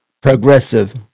progressive